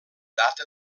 data